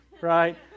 right